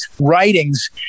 writings